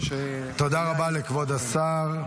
תודה רבה לכבוד השר.